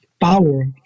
power